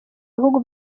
bihugu